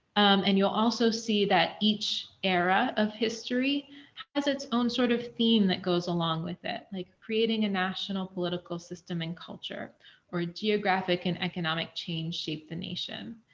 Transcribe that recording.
and you'll also see that each era of history has its own sort of theme that goes along with it like creating a national political system and culture or geographic and economic change shape the nation.